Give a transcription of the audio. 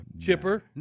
Chipper